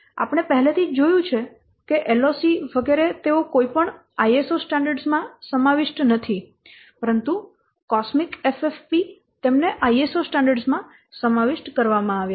આપણે પહેલેથી જ જોયું છે કે LOC વગેરે તેઓ કોઈપણ ISO સ્ટાન્ડર્ડ્સ માં સમાવિષ્ટ નથી પરંતુ COSMIC FFP તેમને ISO સ્ટાન્ડર્ડ્સ માં સમાવિષ્ટ કરવામાં આવ્યા છે